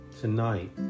tonight